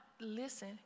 listen